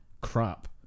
crap